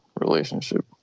relationship